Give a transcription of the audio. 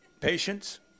Patience